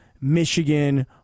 Michigan